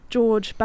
George